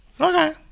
Okay